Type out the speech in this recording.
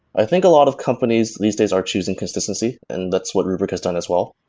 i think a lot of companies these days are choosing consistency, and that's what rubrik has done as well.